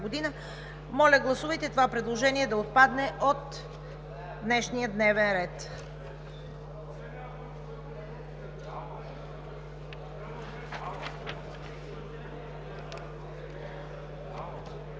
Моля, гласувайте това предложение да отпадне от днешния дневен ред.